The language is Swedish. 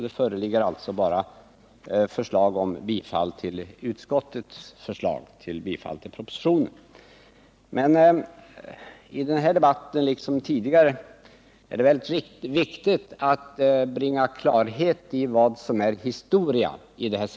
Det föreligger alltså bara förslag om bifall till utskottets hemställan om godkännande av propositionen: Men i denna debatt, liksom tidigare, är det mycket viktigt att bringa klarhet i vad som är historia.